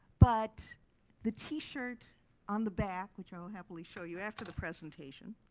but the t-shirt on the back, which i'll happily show you after the presentation,